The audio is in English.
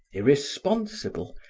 irresponsible,